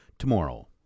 Tomorrow